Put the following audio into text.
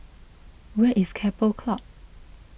where is Keppel Club